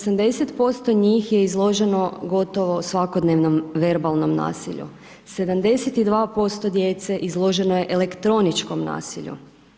80% njih je izleženo gotovo svakodnevnom verbalnom nasilju, 72% djece izloženo je elektroničkom nasilju.